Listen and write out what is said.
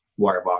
Wirebox